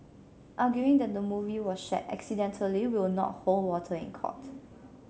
arguing that the movie was shared accidentally will not hold water in court